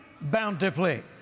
Bountifully